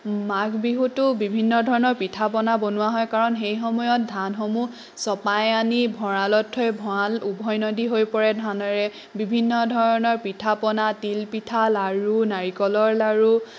মাঘ বিহুতো বিভিন্ন ধৰণৰ পিঠা পনা বনোৱা হয় কাৰণ সেই সময়ত ধানসমূহ চপাই আনি ভঁৰালত থৈ ভঁৰাল উভৈনদী হৈ পৰে ধানেৰে বিভিন্ন ধৰণৰ পিঠা পনা তিলপিঠা লাৰু নাৰিকলৰ লাৰু